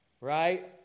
Right